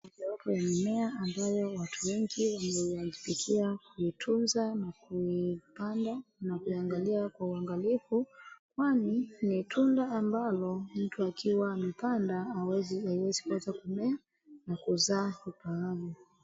Mojawapo ya mimea ambayo watu wengi wameiwajibikia kuitunza na kuipanda na kuiangalia kwa uangalifu kwani ni tunda ambalo mtu akiwa amepanda haiwezi kosa kumea na kuzaa ifaavyo.